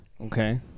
okay